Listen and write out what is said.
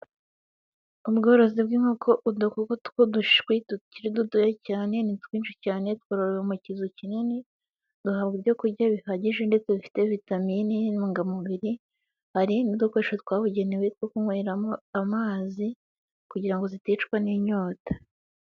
Ubworozi bw'inkoko udukoko tw'udushwi dukiri dutoya cyane ni twinshi cyane twororewe mu kizu kinini twahawe ibyo kurya bihagije ndetse bifite vitamine n'intungamubiri hari n'udukoresho twabugenewe two kunnyweramo amazi kugira ngo ziticwa n'inyota.